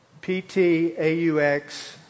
P-T-A-U-X